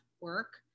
work